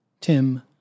Tim